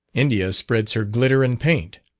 india spreads her glitter and paint.